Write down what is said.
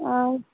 ও